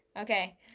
Okay